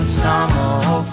summer